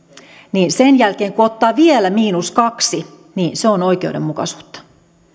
niin sen jälkeen kun ottaa vielä miinus kaksi niin se on oikeudenmukaisuutta